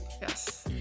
Yes